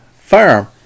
firearm